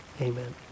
Amen